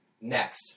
Next